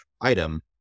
item